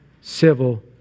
civil